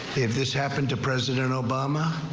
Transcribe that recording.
if this happened to president obama.